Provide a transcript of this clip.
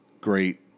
Great